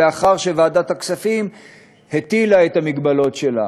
לאחר שוועדת הכספים הטילה את המגבלות שלה.